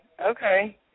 okay